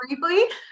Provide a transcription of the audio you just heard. briefly